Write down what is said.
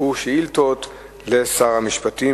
שהוא שאילתות לשר המשפטים.